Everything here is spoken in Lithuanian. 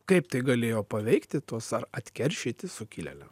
kaip tai galėjo paveikti tuos ar atkeršyti sukilėliam